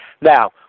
Now